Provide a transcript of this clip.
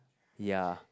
yea